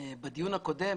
בדיון הקודם